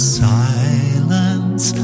silence